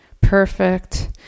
Perfect